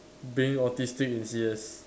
being autistic in C_S